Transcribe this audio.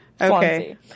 okay